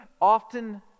often